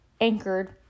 anchored